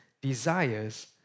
desires